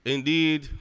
Indeed